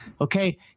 okay